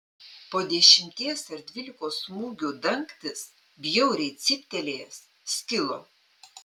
po dešimties ar dvylikos smūgių dangtis bjauriai cyptelėjęs skilo